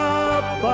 up